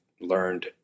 learned